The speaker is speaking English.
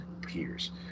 peers